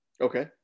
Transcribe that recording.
Okay